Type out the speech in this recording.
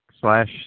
slash